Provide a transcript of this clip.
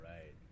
right